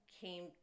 came